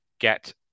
get